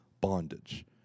bondage